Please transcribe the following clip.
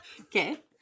Okay